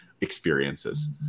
experiences